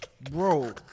Bro